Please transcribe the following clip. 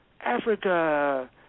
Africa